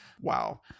Wow